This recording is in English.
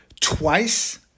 twice